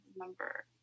remember